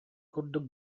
курдук